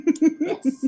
yes